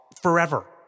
forever